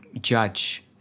judge